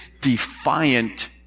defiant